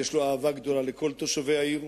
יש לו אהבה גדולה לכל תושבי העיר,